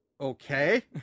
okay